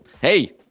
hey